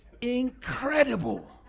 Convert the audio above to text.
Incredible